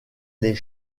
les